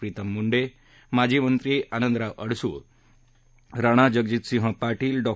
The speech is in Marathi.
प्रितम मुंडक्त माजी मंत्री आनंदराव अडसूळ राणा जगजितसिंह पाटील डॉ